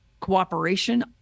cooperation